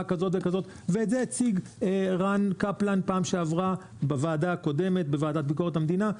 ואת זה הציג רן קפלן בדיון הקודם בוועדה לביקורת המדינה.